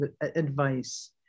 advice